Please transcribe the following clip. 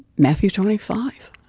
matthew twenty five